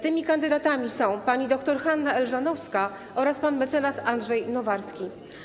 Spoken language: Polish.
Tymi kandydatami są pani dr Hanna Elżanowska oraz pan mecenas Andrzej Nowarski.